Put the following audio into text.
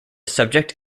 subject